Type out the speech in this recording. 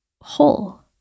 whole